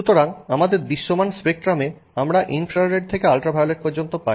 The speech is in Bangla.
সুতরাং আমাদের দৃশ্যমান স্পেকট্রামে আমরা ইনফ্রারেড থেকে আল্ট্রাভায়োলেট পর্যন্ত পাই